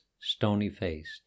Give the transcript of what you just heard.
stony-faced